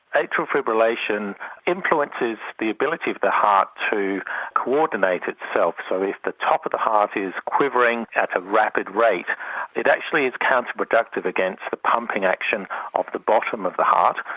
atrial fibrillation influences the ability of the heart to coordinate itself. so if the top of the heart is quivering at a rapid rate it actually counter productive against the pumping action of the bottom of the heart.